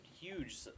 huge